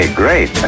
great